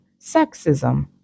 sexism